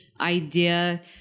idea